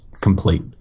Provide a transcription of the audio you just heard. complete